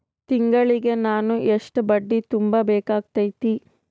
ತಿಂಗಳಿಗೆ ನಾನು ಎಷ್ಟ ಬಡ್ಡಿ ತುಂಬಾ ಬೇಕಾಗತೈತಿ?